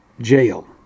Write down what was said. jail